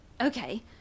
Okay